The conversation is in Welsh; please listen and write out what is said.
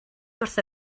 wrtho